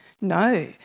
No